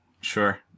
Sure